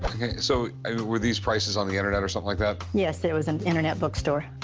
so were these prices on the internet or something like that? yes, there was an internet bookstore.